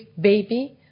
baby